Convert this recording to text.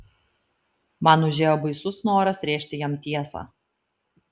man užėjo baisus noras rėžti jam tiesą